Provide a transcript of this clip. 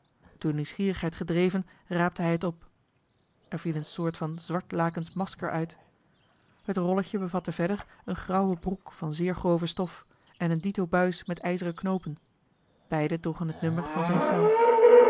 door nieuwsgierigheid gedreven raapte hij het op er viel een soort van zwart lakensch masker uit het rolletje bevatte verder eene grauwe broek van zeer grove stof en een dito buis met ijzeren knoopen beide droegen het nummer van zijne cel